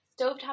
stovetop